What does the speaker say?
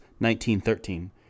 1913